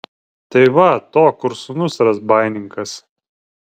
tai va to kur sūnus razbaininkas